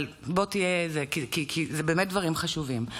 אלה באמת דברים חשובים.